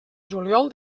juliol